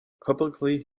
publicly